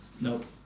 Nope